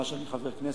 מאז אני חבר כנסת,